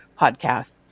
podcasts